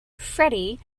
freddie